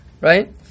right